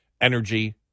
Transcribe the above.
Energy